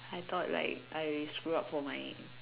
I thought like I screwed up for my